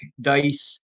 Dice